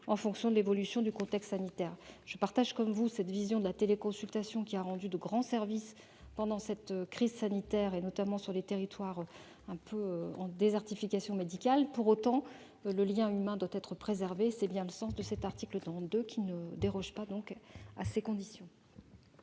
en fonction de l'évolution du contexte sanitaire. Je partage votre vision de la téléconsultation. Elle a rendu de grands services pendant cette crise sanitaire, notamment sur les territoires touchés par la désertification médicale. Pour autant, le lien humain doit être préservé. Tel est bien le sens de cet article 32, qui, donc, n'est pas